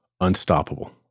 unstoppable